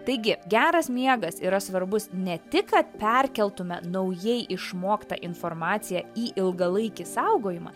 taigi geras miegas yra svarbus ne tik kad perkeltumėme naujai išmoktą informaciją į ilgalaikį saugojimą